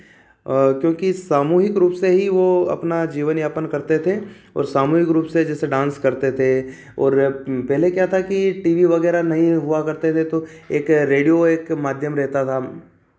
क्योंकि समूहिक रूप से ही वह अपना जीवन यापन करते थे और सामूहिक रूप से जैसे डांस करते थे और पहले क्या था की टी वी वगैरह नही हुआ करते थे तो एक रेडियो एक माध्यम रहता था